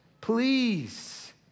please